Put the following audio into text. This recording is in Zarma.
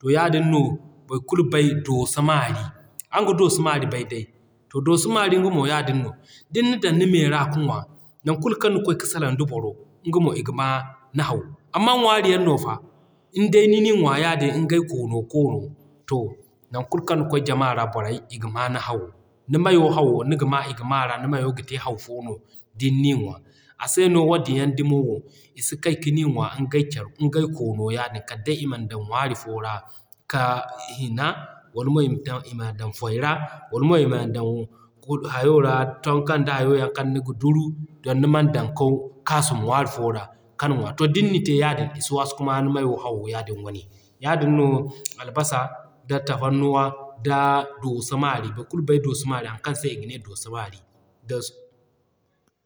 To yaadin no boy kulu bay Dooso-maari. Araŋ ga Dooso-maari bay day. To Dooso-maari nga mo yaadin no din na dan ni me ra ka ŋwa, non kulu kaŋ ni kwaay ka salaŋ da boro nga mo i ga maa ni haw. Amma ŋwaari yaŋ no fa in dai nini ŋwa yaadin ngey koono-koono, to non kulu kaŋ ni kwaay jama ra borey i ga maa ni hawo ni mayo hawo niga maa i ga maa ra ni mayo ga te haw fo no din n'i ŋwa. A se no wadin yaŋ dumo wo i si kay kani ŋwa ngey care ngey koono yaadin kala day i man dan ŋwaari fo ra ka hina wala mo ima dan fway ra wala mo ima dan tonko nda hayo kaŋ niga duru dan niman dan ka kaasum ŋwaari fo ra kana ŋwa. To din na te yaadin i si waasu ka maa ni mayo hawo yaadin wane. Yaadin no Albasa da Tafarnuwa da Dooso-maari. Boro kulu bay Dooso-maari haŋ kaŋ se i ga ne Dooso-maari